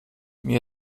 mir